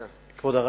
לא,